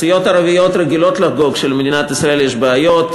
הסיעות הערביות רגילות לחגוג כאשר למדינת ישראל יש בעיות,